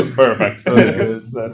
Perfect